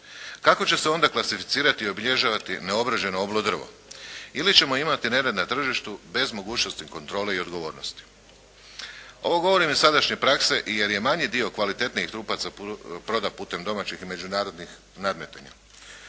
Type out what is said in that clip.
Kako će se onda klasificirati i obilježavati neobrađeno oblo drvo? Ili ćemo imati nered na tržištu bez mogućnosti kontrole i odgovornosti. Ovo govorim iz sadašnje prakse jer je manji dio kvalitetnijih trupaca prodan putem domaćih i međunarodnih nadmetanja.